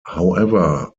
however